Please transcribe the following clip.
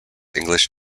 english